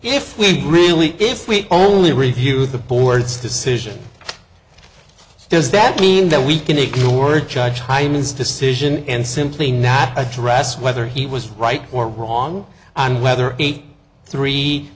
if we really if we only review the board's decision does that mean that we can ignore judge hymens decision and simply not address whether he was right or wrong on whether eight three